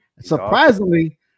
Surprisingly